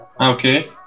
Okay